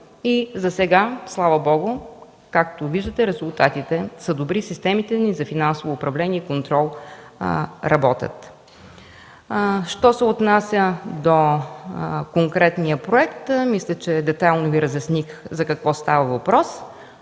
и засега, слава Богу, както виждате, резултатите са добри. Системите ни за финансово управление и контрол работят. Що се отнася до конкретния проект, мисля, че детайлно Ви разясних за какво става въпрос